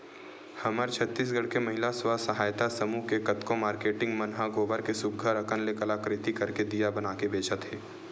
हमर छत्तीसगढ़ के महिला स्व सहयता समूह के कतको मारकेटिंग मन ह गोबर के सुग्घर अंकन ले कलाकृति करके दिया बनाके बेंचत हे